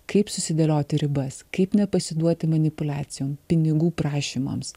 kaip susidėlioti ribas kaip nepasiduoti manipuliacijom pinigų prašymams